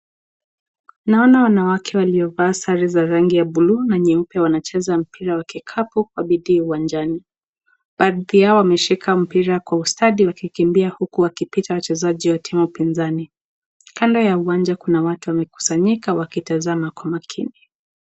Naona wanawake waliovaa sare za rangi ya buluu na nyeupe wanacheza mpira wa kikapu kwa bidii uwanjani. Baadhi yao wameshika mpira kwa ustadi wakikimbia huku wakipita wachezaji wote wa upinzani. Kando ya uwanja kuna watu wamekusanyika wakitazama kwa makini.